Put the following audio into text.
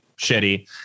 shitty